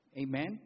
Amen